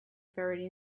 buried